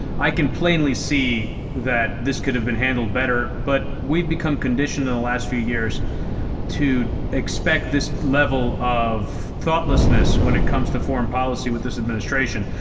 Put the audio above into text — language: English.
i can plainly see that this could have been handled better, but we've become conditioned in the last few years to expect this level of thoughtlessness when it comes to foreign policy with this administration.